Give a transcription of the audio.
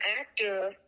actor